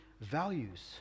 values